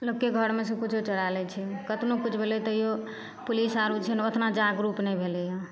नबके घरमे से किछु चोरा लै छै कतनो किछु भेलै तैयो पुलिस आर ओ छै ने ओतना जागरुक नहि भेलैए